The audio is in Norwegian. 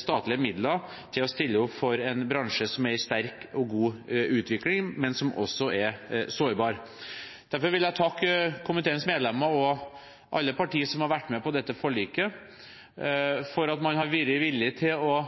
statlige midler til å stille opp for en bransje som er i sterk og god utvikling, men som også er sårbar. Derfor vil jeg takke komiteens medlemmer og alle partier som har vært med på dette forliket, for at man har vært villig til å strekke seg noe fra nettopp primærstandpunktene i ønsket om å